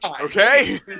okay